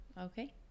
Okay